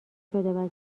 شده